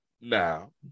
now